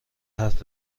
حرف